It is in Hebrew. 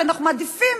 שאנחנו מעדיפים